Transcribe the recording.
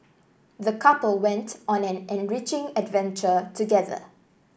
the couple went on an enriching adventure together